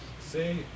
say